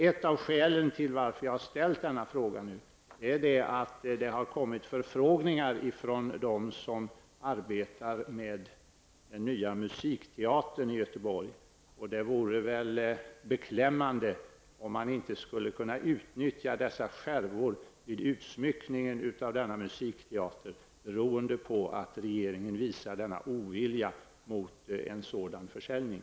Ett av skälen till att jag har ställt den här frågan är att det har kommit förfrågningar från dem som arbetar med den nya musikteatern i Göteborg. Det vore beklämmande om man inte skulle kunna utnyttja dessa skärvor vid utsmyckningen av denna musikteater beroende på att regeringen visar denna ovilja mot en sådan försäljning.